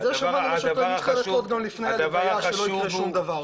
את זה שמענו גם לפני הלוויה, שלא יקרה שום דבר.